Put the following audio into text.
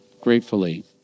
gratefully